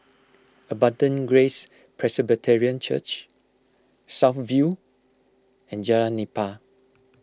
Abundant Grace Presbyterian Church South View and Jalan Nipah